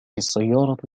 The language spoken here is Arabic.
السيارة